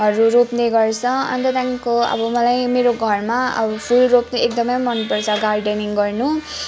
हरू रोप्ने गर्छ अन्त त्यहाँदेखिको अब मलाई मेरो घरमा अब फुल रोप्नु एकदमै मन पर्छ गार्डनिङ गर्नु